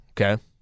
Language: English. okay